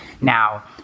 Now